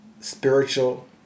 spiritual